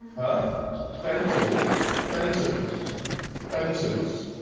huh rental phantom fentons